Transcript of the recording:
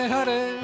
Hare